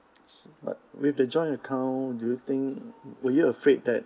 but with the joint account do you think would you afraid that